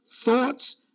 thoughts